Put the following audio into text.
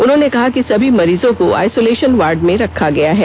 उन्होंने कहा कि सभी मरीजों को आइसोलेशन वार्ड में रखा गया है